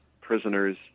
prisoners